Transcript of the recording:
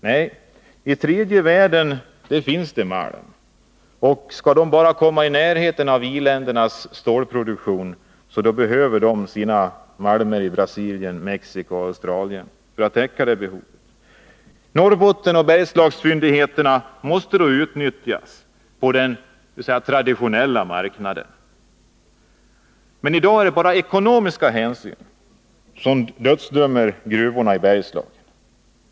Nej, i tredje världen finns det malm, men om man bara skall komma i närheten av i-ländernas stålproduktion behöver man sina malmer i Brasilien, Mexico och Australien för att täcka sitt behov. Norrbottens och Bergslagens fyndigheter måste då utnyttjas på den ”traditionella” marknaden. Men i dag är det bara ekonomiska hänsyn som dödsdömer gruvorna i Bergslagen.